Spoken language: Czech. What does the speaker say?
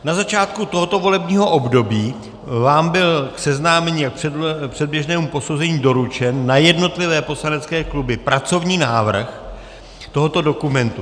Na začátku tohoto volebního období vám byl k seznámení a předběžnému posouzení doručen na jednotlivé poslanecké kluby pracovní návrh tohoto dokumentu.